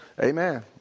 amen